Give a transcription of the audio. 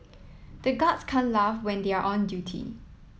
the guards can't laugh when they are on duty